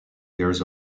years